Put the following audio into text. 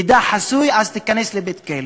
מידע חסוי, אז תיכנס לבית-כלא